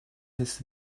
his